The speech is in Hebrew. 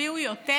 שתשפיעו יותר?